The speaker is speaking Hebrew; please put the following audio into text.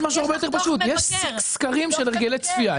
יש משהו הרבה יותר פשוט: יש סקרים של הרגלי צפייה.